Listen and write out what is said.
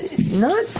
not,